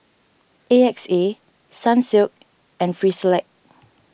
A X A Sunsilk and Frisolac